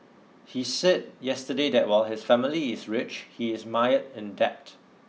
he said yesterday that while his family is rich he is mired in debt